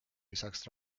lisaks